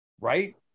right